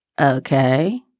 okay